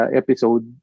episode